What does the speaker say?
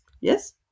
yes